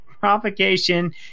provocation